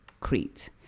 Crete